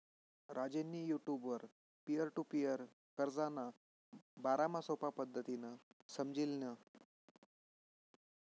राजेंनी युटुबवर peer to peer कर्जना बारामा सोपा पद्धतीनं समझी ल्हिनं